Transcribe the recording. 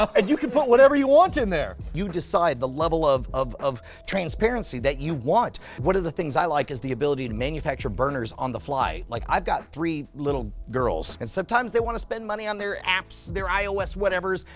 and you can put whatever you want in there. you decide the level of of transparency that you want. one of the things i like is the ability to manufacture burners on the fly. like, i've got three little girls and sometimes they want to spend money on their apps, their ios whatevers.